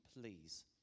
please